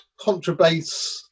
contrabass